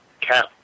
Cap